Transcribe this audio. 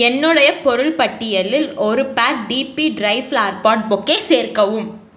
என்னுடைய பொருள் பட்டியலில் ஒரு பேக் டீபி ட்ரை ஃப்ளார் பாட் பொக்கே சேர்க்கவும்